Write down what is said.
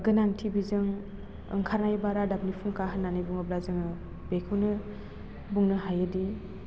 गोनांथि बिजों ओंखारनाय बा रादाबनि फुंखा होन्नानै बुङोब्ला जोङो बेखौनो बुंनो हायोदि